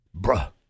Bruh